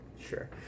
sure